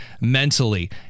mentally